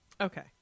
okay